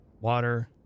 water